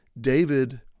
David